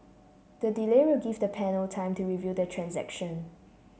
the delay will give the panel time to review the transaction